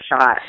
shot